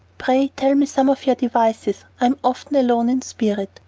pray tell me some of your devices, i'm often alone in spirit,